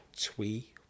twee